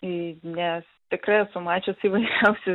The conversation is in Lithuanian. i nes tikrai esu mačiusi įvairiausių